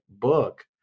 book